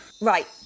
Right